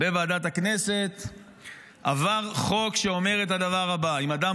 בוועדת הכנסת עבר חוק שאומר את הדבר הבא: אם אדם